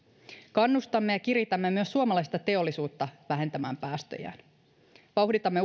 kannustamme ja kiritämme myös suomalaista teollisuutta vähentämään päästöjään vauhditamme